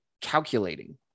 calculating